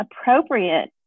appropriate